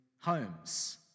homes